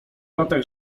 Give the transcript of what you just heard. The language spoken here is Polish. latach